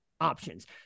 options